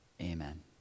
Amen